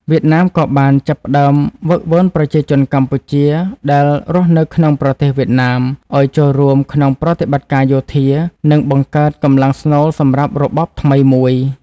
វៀតណាមក៏បានចាប់ផ្តើមហ្វឹកហ្វឺនប្រជាជនកម្ពុជាដែលរស់នៅក្នុងប្រទេសវៀតណាមឱ្យចូលរួមក្នុងប្រតិបត្តិការយោធា និងបង្កើតកម្លាំងស្នូលសម្រាប់របបថ្មីមួយ។